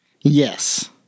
Yes